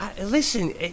Listen